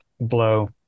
blow